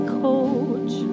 coach